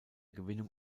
gewinnung